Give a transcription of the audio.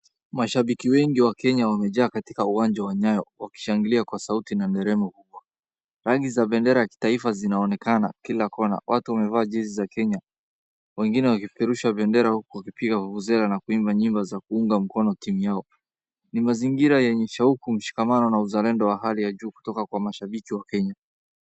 Mashabiki wengi wa Kenya wamejaa katika uwanja wa Nyayo, wakishangilia kwa sauti na nderemo kubwa. Rangi za bendera ya kitaifa zinaonekana kila kona. Watu wamevaa jezi za Kenya, wengine wakipeperusha bendera huku wakipiga vuvuzela na kuimba nyimbo za kuunga mkono timu yao. Ni mazingira yenye shauku, mshikamano na uzalendo wa hali ya juu kutoka kwa mashabiki wa Kenya.